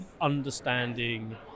understanding